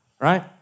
right